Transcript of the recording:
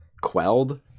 Quelled